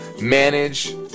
manage